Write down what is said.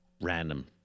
random